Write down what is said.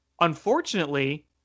unfortunately